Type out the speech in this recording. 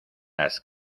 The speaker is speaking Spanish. las